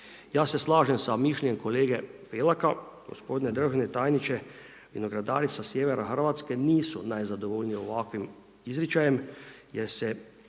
Ja se slažem sa mišljenjem kolege Felaka, gospodine državni tajniče, vinogradari sa sjevera Hrvatske nisu najzadovoljniji ovakvim izričajem jer se